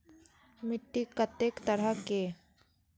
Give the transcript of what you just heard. मिट्टी कतेक तरह के?